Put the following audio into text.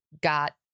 got